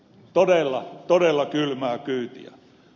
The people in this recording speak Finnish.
todella todella kylmää kyytiä